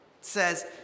says